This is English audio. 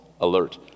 alert